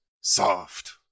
Soft